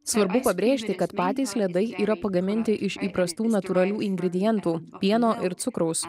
svarbu pabrėžti kad patys ledai yra pagaminti iš įprastų natūralių ingredientų pieno ir cukraus